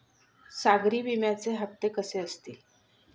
सागरी विम्याचे हप्ते कसे असतील?